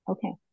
Okay